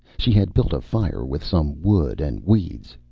she had built a fire with some wood and weeds.